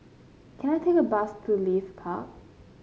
can I take a bus to Leith Park